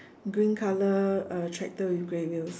green color uh tractor with grey wheels